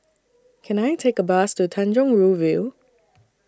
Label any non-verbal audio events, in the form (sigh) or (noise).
(noise) Can I Take A Bus to Tanjong Rhu View